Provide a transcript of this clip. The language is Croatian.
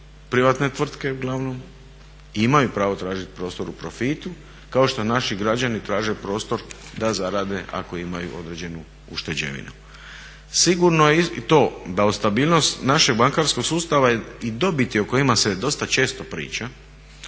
privatne tvrtke uglavnom i imaju pravo tražiti prostor u profitu, kao što naši građani traže prostor da zarade ako imaju određenu ušteđevinu. Sigurno je i to da o stabilnosti našeg bankarskog sustava i dobiti o kojima se dosta često priča,